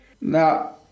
Now